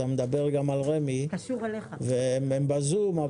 הם בזום.